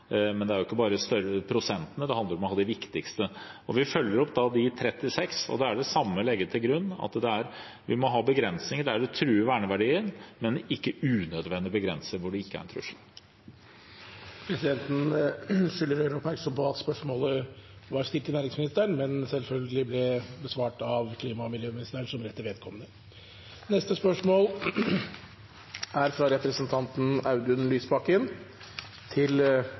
men det er ikke bare prosentene det handler om, det handler om å verne det viktigste. Vi følger opp de 36, og det er det samme vi legger til grunn: at vi må ha begrensninger der det truer verneverdier, men ikke unødvendige begrensninger der det ikke er noen trussel. Disse spørsmålene må utsettes til neste spørretime, da statsråden er